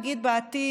נגיד: בעתיד,